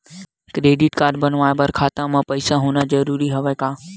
Credit बनवाय बर खाता म पईसा होना जरूरी हवय का?